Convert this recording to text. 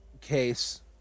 case